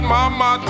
Mama